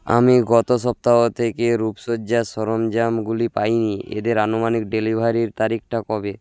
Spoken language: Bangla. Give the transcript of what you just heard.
আমি গত সপ্তাহ থেকে রূপসজ্জা সঞজামগুলি পাইনি এদের আনুমানিক ডেলিভারির তারিখটা কবে